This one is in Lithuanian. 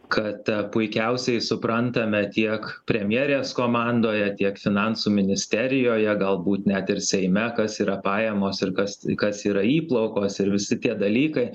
kad puikiausiai suprantame tiek premjerės komandoje tiek finansų ministerijoje galbūt net ir seime kas yra pajamos ir kas kas yra įplaukos ir visi tie dalykai